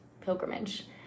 pilgrimage